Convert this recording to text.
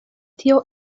tio